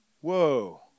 Whoa